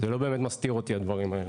זה לא באמת מסתיר אותי הדברים האלה.